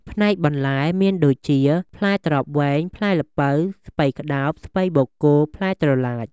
ផ្នែកបន្លែ មានដូចជា ផ្លែត្រប់វែង ផ្លែល្ពៅ ស្ពៃក្តោប ស្ពៃបូកគោ ផ្លែត្រឡាច។